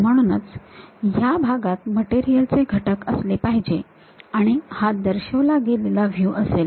म्हणूनच हा भागात मटेरियल चे घटक असले पाहिजे आणि हा दर्शविला गेलेला व्ह्यू असेल